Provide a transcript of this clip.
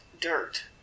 dirt